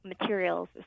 materials